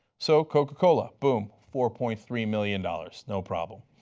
so coca-cola, boom, four point three million dollars, no problem.